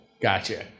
Gotcha